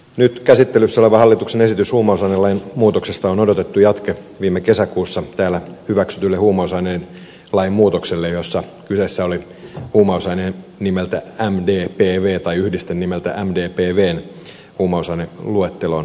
nyt käsittelyssä oleva hallituksen esitys huumausainelain muutoksesta on odotettu jatke viime kesäkuussa täällä hyväksytylle huumausainelain muutokselle jossa kyseessä oli huumausaine nimeltä mdpv tai yhdisteen nimeltä mdpv huumausaineluetteloon ottaminen